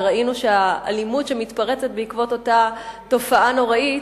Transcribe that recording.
וראינו שהאלימות מתפרצת בעקבות אותה תופעה נוראה,